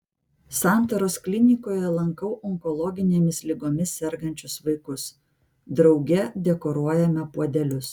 santaros klinikoje lankau onkologinėmis ligomis sergančius vaikus drauge dekoruojame puodelius